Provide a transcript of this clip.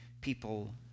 people